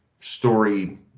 story